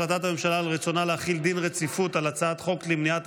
החלטת הממשלה על רצונה להחיל דין רציפות על הצעת חוק למניעת